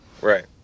Right